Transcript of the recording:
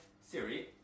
Siri